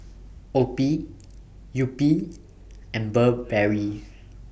OPI Yupi and Burberry